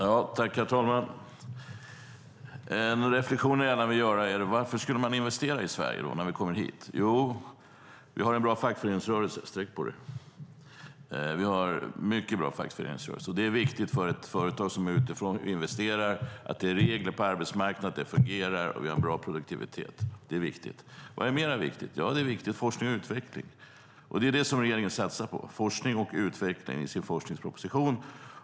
Herr talman! Jag skulle vilja göra några reflektioner. Varför skulle man då investera i Sverige? Jo, vi har en mycket bra fackföreningsrörelse - sträck på dig! Och det är viktigt för ett företag som utifrån investerar att det finns regler på arbetsmarknaden, att de fungerar och att vi har en bra produktivitet. Vad mer är viktigt? Jo, forskning och utveckling, och det är ju det som regeringen satsar på i sin forskningsproposition.